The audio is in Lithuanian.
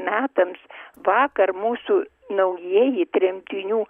metams vakar mūsų naujieji tremtinių